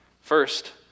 First